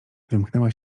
wymknęła